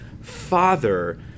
Father